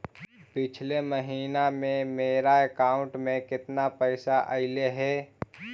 पिछले महिना में मेरा अकाउंट में केतना पैसा अइलेय हे?